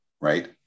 right